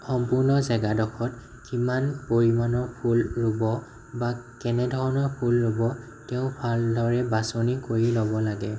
সম্পূৰ্ণ জেগাডোখৰ কিমান পৰিমাণৰ ফুল ৰুব বা কেনেধৰণৰ ফুল ৰুব তেওঁ ভালদৰে বাচনি কৰি ল'ব লাগে